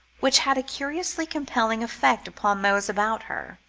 which had a curiously compelling effect upon those about her.